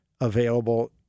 available